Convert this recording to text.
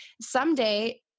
someday